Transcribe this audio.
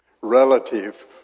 relative